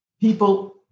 people